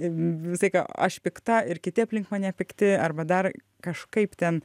visą laiką aš pikta ir kiti aplink mane pikti arba dar kažkaip ten